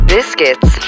Biscuits